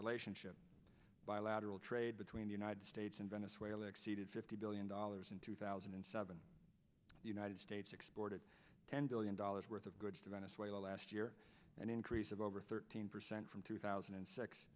relationship bilateral trade between the united states and venezuela exceeded billion dollars in two thousand and seven the united states exported ten billion dollars worth of goods to venezuela last year an increase of over thirteen percent from two thousand and six